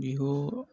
Bihu